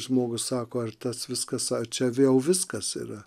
žmogus sako ar tas viskas čia vėl viskas yra